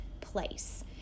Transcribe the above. place